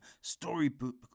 storybook